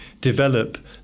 develop